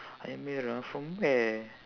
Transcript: ayam merah from where